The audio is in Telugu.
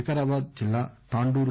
వికారాబాద్ జిల్లా తాండూరు